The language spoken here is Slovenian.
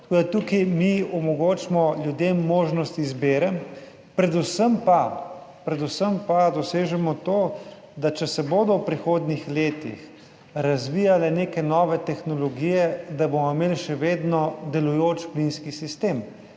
Tukaj mi omogočimo ljudem možnost izbire. Predvsem pa dosežemo to, da če se bodo v prihodnjih letih razvijale neke nove tehnologije, da bomo imeli še vedno delujoč plinski sistem,